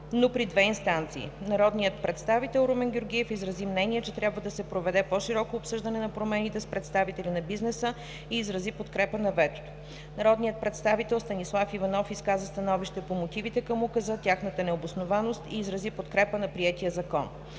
но при две инстанции. Народният представител Румен Георгиев изрази мнение, че трябва да се проведе по-широко обсъждане на промените с представители на бизнеса и изрази подкрепа на ветото. Народният представител Станислав Иванов изказа становище по мотивите към Указа, тяхната необоснованост и изрази подкрепа на приетия закон.